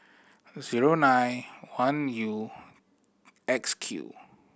zero nine one U X Q